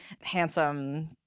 handsome